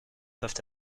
peuvent